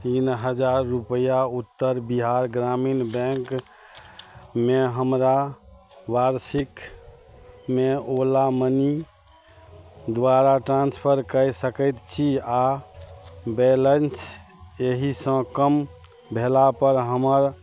तीन हजार रुपैआ उत्तर बिहार ग्रामीण बैँकमे हमरा वार्षिकमे ओला मनी दुआरा ट्रान्सफर कै सकै छी आओर बैलेन्स एहिसँ कम भेलापर हमर